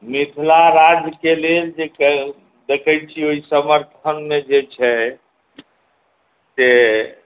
मिथिला राज्यके लेल जे देखै छी जे ओहि समर्थनमे जे छै से